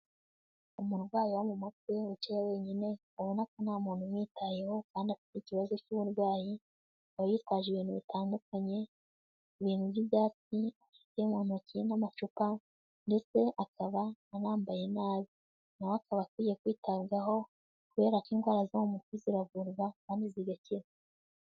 Umurwayi wo mu mutwe wicaye wenyine, ubona ko nta muntu umwitayeho kandi afite ikibazo cy'uburwayi, akaba yitwaje ibintu bitandukanye, ibintu by'ibyatsi afite mu ntoki n'amacupa, ndetse akaba anambaye nabi, na we akaba akwiye kwitabwaho kubera ko indwara zo mu mutwe ziravurwa kandi zigakira.